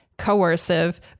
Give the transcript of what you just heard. coercive